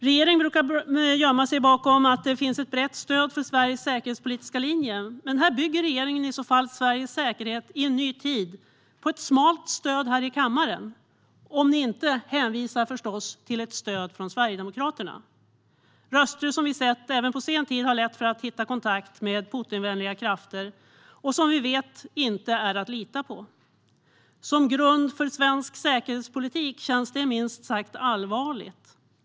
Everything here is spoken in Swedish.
Regeringen brukar gömma sig bakom att det finns ett brett stöd för Sveriges säkerhetspolitiska linje. Men här bygger regeringen i så fall Sveriges säkerhet i en ny tid på ett smalt stöd i kammaren, om ni inte hänvisar till ett stöd från Sverigedemokraterna. Det är röster som vi under senare tid har hört har lätt för att få kontakt med Putinvänliga krafter och som vi vet inte är att lita på. Som grund för svensk säkerhetspolitik känns det minst sagt allvarligt.